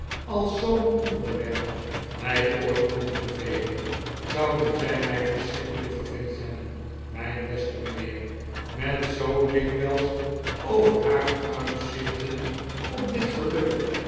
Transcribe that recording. als zoo'n onderwerp mij ooit kon vervelen zouden zij mij verschrikkelijk verveeld hebben mijn beste mijnheer met zoo dikwijls over haar vooruitzichten op dit geluk